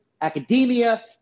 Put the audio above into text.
academia